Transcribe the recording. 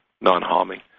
non-harming